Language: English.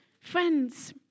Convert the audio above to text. Friends